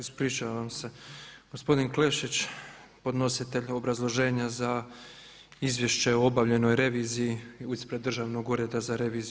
Ispričavam se gospodin Klešić podnositelj obrazloženja za izvješće o obavljenoj reviziji ispred Državnog ureda za reviziju.